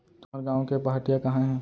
तुंहर गॉँव के पहाटिया कहॉं हे?